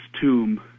tomb